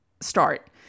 start